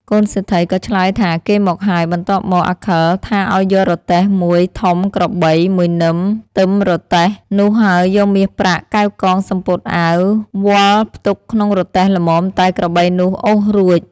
កូនសេដ្ឋីក៏ឆ្លើយថាគេមកហើយ បន្ទាប់មក អាខិលថាឲ្យយករទេះមួយធំក្របី មួយនឹមទឹមរទេះ នោះហើយយកមាសប្រាក់កែវកងសំពត់អាវ វាល់ផ្ទុកក្នុងរទេះល្មមតែក្របីនោះអូសរួច។